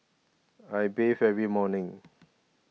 I bathe every morning